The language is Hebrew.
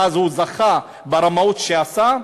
ואז הוא זכה ברמאות שעשה?